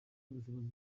ubushobozi